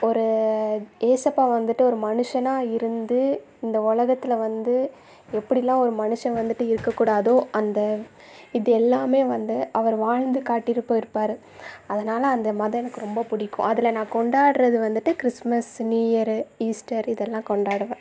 ஒரு இயேசப்பா வந்துட்டு ஒரு மனுசனா இருந்து இந்த உலகத்தில் வந்து எப்படிலாம் ஒரு மனுசன் வந்துட்டு இருக்கக்கூடாதோ அந்த இது எல்லாமே வந்து அவர் வாழ்ந்துக்காட்டிட்டு போயிருப்பாரு அதனால் அந்த மதம் எனக்கு ரொம்ப புடிக்கும் அதுல நான் கொண்டாடுறது வந்துட்டு கிறிஸ்மஸ் நியூஇயரு ஈஸ்டர் இதெல்லாம் கொண்டாடுவேன்